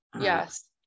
yes